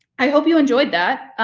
i hope you enjoyed that.